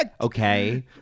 Okay